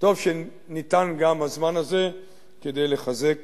טוב שניתן גם הזמן הזה כדי לחזק